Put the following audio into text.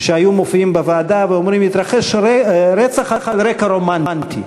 שהיו מופיעים בוועדה ואומרים: התרחש רצח על רקע רומנטי,